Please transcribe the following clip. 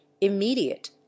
immediate